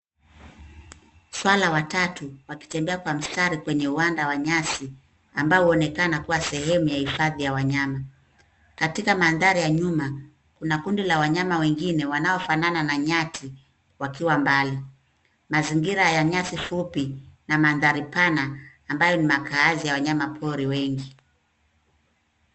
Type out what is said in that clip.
Swala watatu wakitembea kwa mstari kwenye uwanda wa nyasi unaoonekana kuwa sehemu ya hifadhi ya wanyama. Katika mandhari ya nyuma, kuna kundi la wanyama wengine wanaofanana na nyati wakiwa mbali. Mazingira ya nyasi fupi na mandhari pana ambayo ni makaazi ya wanyama pori wengi.